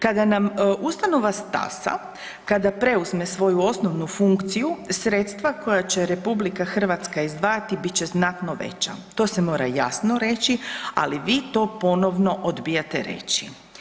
Kada nam ustanova stasa, kada preuzme svoju osnovnu funkciju sredstva koja će RH izdvajati bit će znatno veća, to se mora jasno reći, ali vi to ponovno odbijate reći.